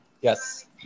Yes